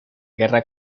guerra